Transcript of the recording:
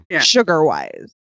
sugar-wise